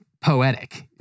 poetic